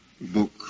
book